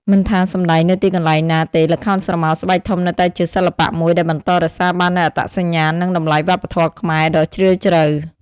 មិនថាសម្តែងនៅទីកន្លែងណាទេ ល្ខោនស្រមោលស្បែកធំនៅតែជាសិល្បៈមួយដែលបន្តរក្សាបាននូវអត្តសញ្ញាណ និងតម្លៃវប្បធម៌ខ្មែរដ៏ជ្រាលជ្រៅ។